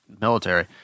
military